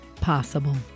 possible